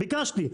ביקשתי,